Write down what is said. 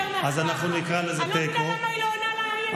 אורנה ברביבאי, על גב' זועבי, על דבי ביטון.